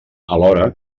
alhora